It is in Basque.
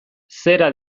zera